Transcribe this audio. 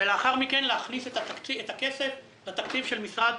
ולאחר מכן להכניס את הכסף לתקציב של משרד